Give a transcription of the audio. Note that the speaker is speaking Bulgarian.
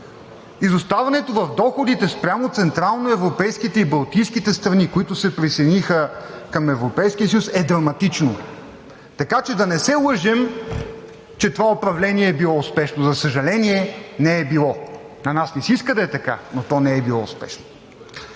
Изоставането в доходите спрямо централно- европейските и балтийските страни, които се присъединиха към Европейския съюз, е драматично. Така че да не се лъжем, че това управление е било успешно. За съжаление, не е било. На нас ни се иска да е така, но то не е било успешно.